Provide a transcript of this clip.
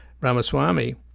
Ramaswamy